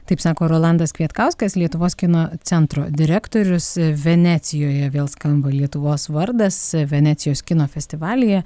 taip sako rolandas kvietkauskas lietuvos kino centro direktorius venecijoje vėl skamba lietuvos vardas venecijos kino festivalyje